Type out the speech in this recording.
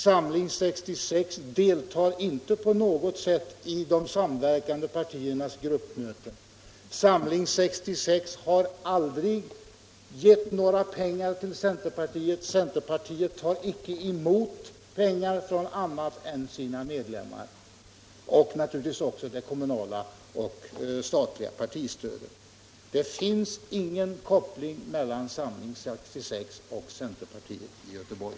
Samling 66 deltar inte på något sätt i De samverkande partiernas gruppmöten. Samling 66 har aldrig gett några pengar till centerpartiet. Centerpartiet tar icke emot pengar från andra än sina medlemmar — man tar naturligtvis också emot det kommunala och statliga partistödet. Det finns ingen koppling mellan Samling 66 och centerpartiet i Göteborg.